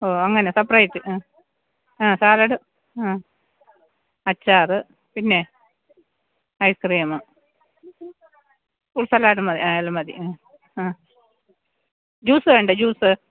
ഓ അങ്ങനെ സെപ്പറേറ്റ് ആ ആ സാലഡ് ആ അച്ചാറ് പിന്നെ ഐസ്ക്രീമ് ഫൂർ സലാഡ് ആയാലും മതി മതി ആ ആ ജ്യൂസ് വേണ്ടേ ജ്യൂസ്